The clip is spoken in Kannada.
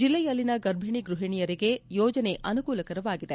ಜಿಲ್ಲೆಯಲ್ಲಿನ ಗರ್ಭಿಣಿ ಗ್ವಹಿಣಿಯರಿಗೆ ಯೋಜನೆ ಅನುಕೂಲಕರವಾಗಿದೆ